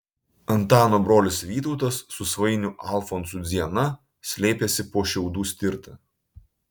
antano brolis vytautas su svainiu alfonsu dziena slėpėsi po šiaudų stirta